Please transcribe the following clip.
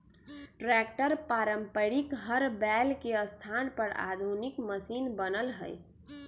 tractor पारम्परिक हर बैल के स्थान पर आधुनिक मशिन बनल हई